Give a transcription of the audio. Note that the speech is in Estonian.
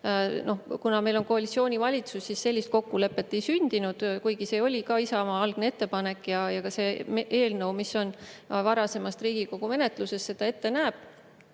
Kuna meil on koalitsioonivalitsus, siis sellist kokkulepet ei sündinud, kuigi see oli ka Isamaa algne ettepanek ja see eelnõu, mis on varasemast Riigikogu menetluses, seda ette näeb.